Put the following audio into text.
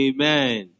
Amen